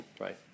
right